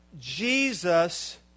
Jesus